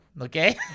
Okay